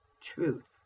truth